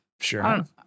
Sure